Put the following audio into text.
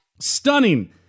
Stunning